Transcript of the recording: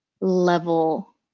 level